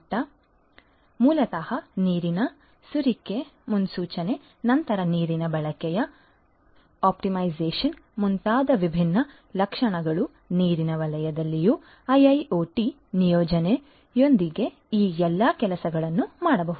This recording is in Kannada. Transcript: ಆದ್ದರಿಂದ ಮೂಲತಃ ನೀರಿನ ಸೋರಿಕೆ ಮುನ್ಸೂಚನೆ ನಂತರ ನೀರಿನ ಬಳಕೆಯ ಆಪ್ಟಿಮೈಸೇಶನ್ ಮುಂತಾದ ವಿಭಿನ್ನ ಲಕ್ಷಣಗಳು ನೀರಿನ ವಲಯದಲ್ಲೂ ಐಐಒಟಿ ನಿಯೋಜನೆಯೊಂದಿಗೆ ಈ ಎಲ್ಲ ಕೆಲಸಗಳನ್ನು ಮಾಡಬಹುದು